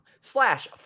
slash